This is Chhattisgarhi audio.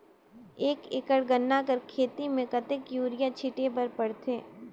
एक एकड़ गन्ना कर खेती म कतेक युरिया छिंटे बर पड़थे?